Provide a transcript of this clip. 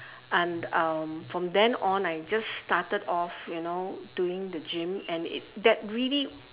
and um from then on I just started off you know doing the gym and it that really